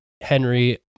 Henry